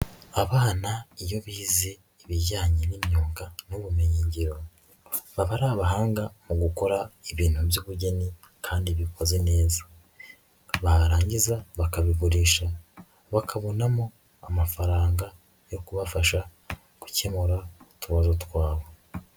Abana iyo bize ibijyanye n'imyuga n'ubumenyingiro baba ari abahanga mu gukora ibintu by'ubugeni kandi bikoze neza, barangiza bakabigurisha bakabonamo amafaranga yo kubafasha gukemura utubazo twabo.